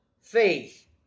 faith